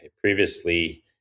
previously